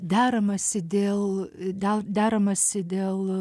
deramasi dėl gal deramasi dėl